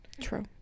True